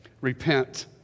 Repent